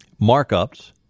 markups